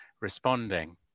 responding